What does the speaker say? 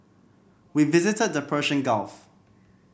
we visited the Persian Gulf